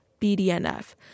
BDNF